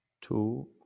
two